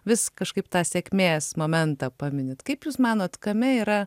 vis kažkaip tą sėkmės momentą paminit kaip jūs manot kame yra